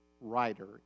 writer